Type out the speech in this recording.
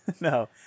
No